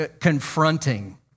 confronting